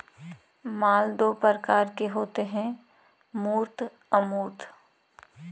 माल दो प्रकार के होते है मूर्त अमूर्त